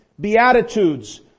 beatitudes